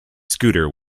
scooter